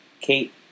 Kate